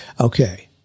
Okay